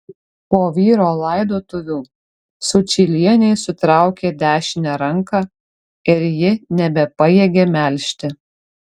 po vyro laidotuvių sučylienei sutraukė dešinę ranką ir ji nebepajėgė melžti